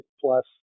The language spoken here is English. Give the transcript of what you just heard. plus